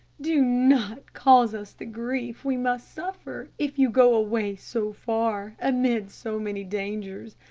do not cause us the grief we must suffer if you go away so far amid so many dangers.